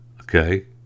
Okay